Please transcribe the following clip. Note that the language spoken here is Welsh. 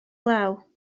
glaw